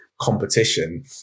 competition